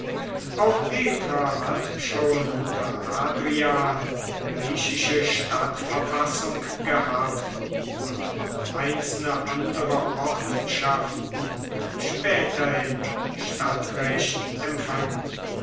auch petra hat schon unter hadrian griechische stadtverfassung gehabt und noch einzelne andere ortschaften späterhin stadtrecht empfangen